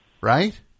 Right